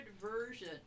version